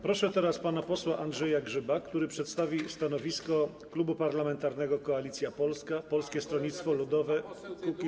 Proszę teraz pana posła Andrzeja Grzyba, który przedstawi stanowisko Klubu Parlamentarnego Koalicja Polska - Polskie Stronnictwo Ludowe - Kukiz15.